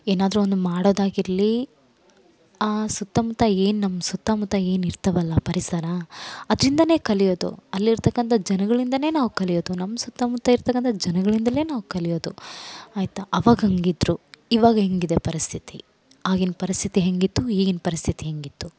ಏನಾದರು ಒಂದು ಮಾಡೊದ್ ಆಗಿರಲಿ ಸುತ್ತ ಮುತ್ತ ಏನು ನಮ್ಮ ಸುತ್ತ ಮುತ್ತ ಏನು ಇರ್ತವಲ್ಲ ಪರಿಸರ ಅದ್ರಿಂದ ಕಲಿಯೋದು ಅಲ್ಲಿರ್ತಕ್ಕಂಥ ಜನಗಳಿಂದಾನೆ ನಾವು ಕಲಿಯೋದು ನಮ್ಮ ಸುತ್ತ ಮುತ್ತ ಇರ್ತಕ್ಕಂಥ ಜನಗಳಿಂದಲೇ ನಾವು ಕಲಿಯೋದು ಆಯ್ತಾ ಅವಾಗ ಹಂಗ್ ಇದ್ರು ಇವಾಗ ಹೆಂಗ್ ಇದೆ ಪರಿಸ್ಥಿತಿ ಆಗಿನ ಪರಿಸ್ಥಿತಿ ಹೆಂಗಿತ್ತು ಈಗಿನ ಪರಿಸ್ಥಿತಿ ಹೆಂಗೆ ಇತ್ತು